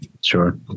sure